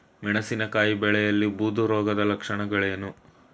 ಮೆಣಸಿನಕಾಯಿ ಬೆಳೆಯಲ್ಲಿ ಬೂದು ರೋಗದ ಲಕ್ಷಣಗಳೇನು?